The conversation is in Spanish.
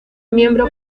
miembro